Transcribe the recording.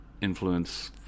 influence